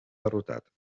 derrotat